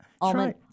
Almond